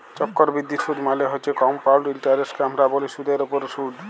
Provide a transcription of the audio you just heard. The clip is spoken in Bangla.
চক্করবিদ্ধি সুদ মালে হছে কমপাউল্ড ইলটারেস্টকে আমরা ব্যলি সুদের উপরে সুদ